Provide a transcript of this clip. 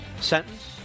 sentence